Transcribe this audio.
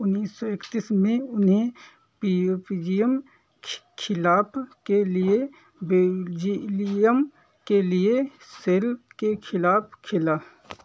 उन्नीस सौ इकतीस में उन्हें पियो पीज़ियम खि खिलाफ़ के लिए बेल्जियम के लिए के खिलाफ़ खेला